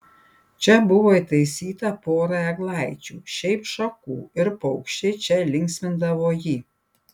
čia buvo įtaisyta pora eglaičių šiaip šakų ir paukščiai čia linksmindavo jį